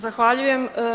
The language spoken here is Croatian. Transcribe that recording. Zahvaljujem.